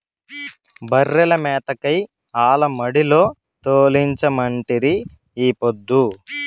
బర్రెల మేతకై ఆల మడిలో తోలించమంటిరి ఈ పొద్దు